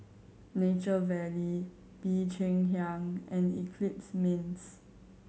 Nature Valley Bee Cheng Hiang and Eclipse Mints